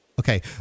Okay